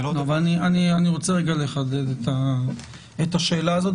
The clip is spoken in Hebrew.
אני רוצה רגע לחדד את השאלה הזאת,